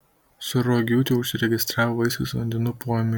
sruogiūtė užsiregistravo vaisiaus vandenų poėmiui